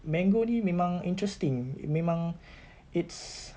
mango ini memang interesting memang it's